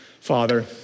Father